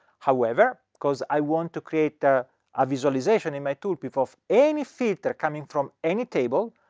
however, cause i want to create a ah visualization in my tooltip of any filter coming from any table,